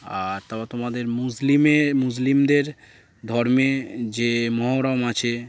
আর তারপর তোমাদের মুসলিমে মুসলিমদের ধর্মে যে মহরম আছে